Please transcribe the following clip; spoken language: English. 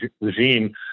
regime